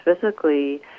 physically